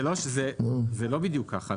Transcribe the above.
זה לא בדיוק ככה.